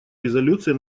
резолюции